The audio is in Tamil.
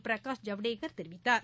பிரகாஷ் ஜவ்டேகர் தெரிவித்தார்